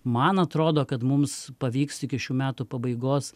man atrodo kad mums pavyks iki šių metų pabaigos